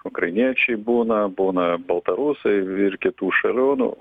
ukrainiečiai būna būna baltarusiai ir kitų šalių nu